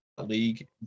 league